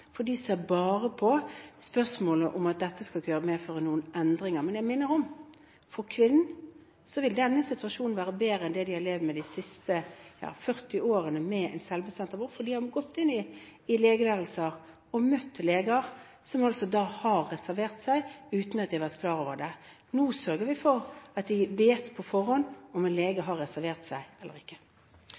for de ser bare på spørsmålet om at dette ikke skal medføre noen endringer. Men jeg minner om at for kvinner vil denne situasjonen være bedre enn den de har levd med de siste 40 årene med selvbestemt abort. For de har gått inn i legeværelser og møtt leger som altså har reservert seg, uten at de har vært klar over det. Nå sørger vi for at de vet på forhånd om en lege har reservert seg eller ikke.